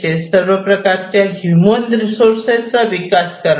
चे सर्व प्रकारच्या ह्यूमन रिसोर्सेसचा विकास करणे